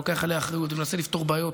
לוקח עליה אחריות ומנסה לפתור בעיות.